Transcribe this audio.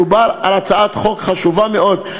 מדובר על הצעת חוק חשובה מאוד,